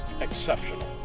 exceptional